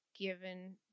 given